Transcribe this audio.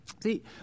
See